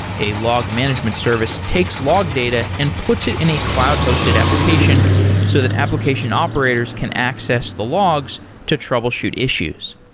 a log management service takes log data and puts it in a cloud-hosted application so that application operators can access the logs to troubleshoot issues.